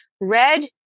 red